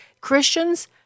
Christians